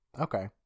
Okay